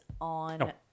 on